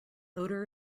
odor